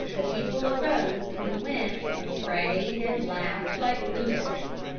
the people arose and went and prayed and laughed like lunatics,